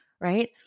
right